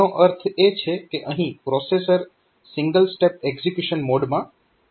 આનો અર્થ એ છે કે અહીં પ્રોસેસર સિંગલ સ્ટેપ એક્ઝીક્યુશન મોડમાં પ્રવેશ કરશે